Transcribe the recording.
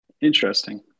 Interesting